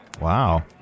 Wow